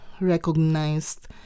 recognized